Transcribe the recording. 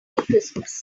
christmas